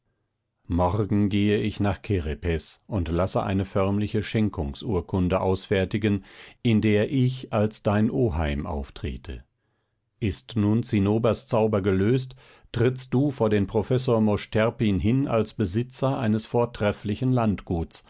morgen gehe ich nach kerepes und lasse eine förmliche schenkungsurkunde ausfertigen in der ich als dein oheim auftrete ist nun zinnobers zauber gelöst trittst du vor den professor mosch terpin hin als besitzer eines vortrefflichen landguts